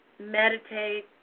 meditate